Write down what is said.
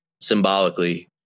symbolically